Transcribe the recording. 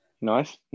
Nice